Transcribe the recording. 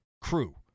crew